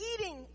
eating